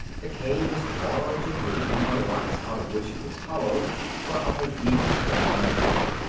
the cave was large and roomy, and the rocks out of which it was hollowed were of a deep brown colour.